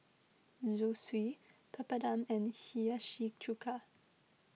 Zosui Papadum and Hiyashi Chuka